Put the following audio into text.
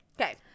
okay